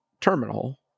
terminal